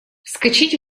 вскочить